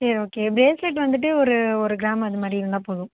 சரி okay bracelet வந்துட்டு ஒரு ஒரு கிராம் அதுமாதிரி இருந்தால் போதும்